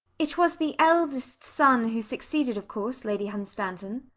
it was the eldest son who succeeded, of course, lady hunstanton?